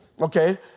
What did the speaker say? okay